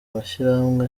mashirahamwe